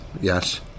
yes